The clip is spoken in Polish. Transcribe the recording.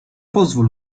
pozwól